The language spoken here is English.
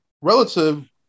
relative